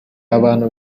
abantu